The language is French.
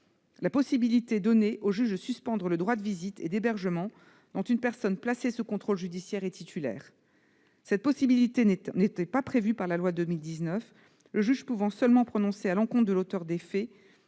la possibilité donnée au juge de suspendre le droit de visite et d'hébergement dont une personne placée sous contrôle judiciaire est titulaire. Cette possibilité n'était pas prévue par la loi de 2019, le juge pouvant seulement prononcer à l'encontre de l'auteur des faits,